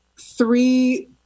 three